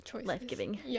life-giving